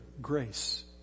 grace